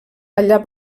allà